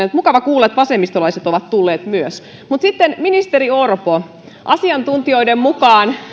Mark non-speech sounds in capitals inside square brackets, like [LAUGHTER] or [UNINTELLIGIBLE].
[UNINTELLIGIBLE] että mukava kuulla että vasemmistolaiset ovat tulleet myös mutta sitten ministeri orpo asiantuntijoiden mukaan